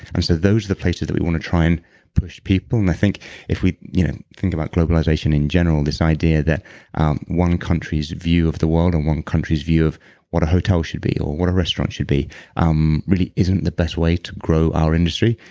and so those are the places that we want to try and push people. and i think if we you know think about globalization in general, this idea that one country's view of the world and one country's view of what a hotel should be, or what a restaurant should be um really isn't the best way to grow our industry.